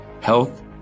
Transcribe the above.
health